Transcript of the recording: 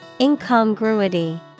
Incongruity